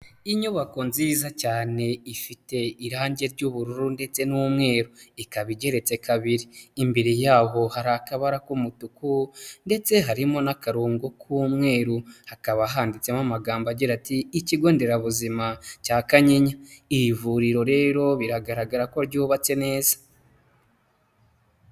Inyubako nziza cyane ifite irangi ry'ubururu ndetse n'umweru. Ikaba igeretse kabiri. Imbere yaho hari akabara k'umutuku ndetse harimo n'akarongo k'umweru. Hakaba handitsemo amagambo agira ati: ikigo nderabuzima cya Kanyinya. Iri vuriro rero biragaragara ko ryubatse neza.